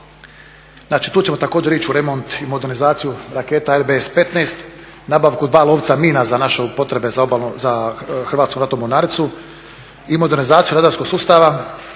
tu ćemo također ići u remont i modernizaciju raketa RBS-15 nabavku dva lovca mina za naše potrebe za Hrvatsku ratnu mornaricu i modernizaciju … sustava